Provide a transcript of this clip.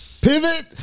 Pivot